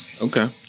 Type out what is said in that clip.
Okay